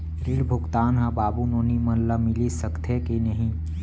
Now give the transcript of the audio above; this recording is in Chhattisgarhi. ऋण भुगतान ह बाबू नोनी मन ला मिलिस सकथे की नहीं?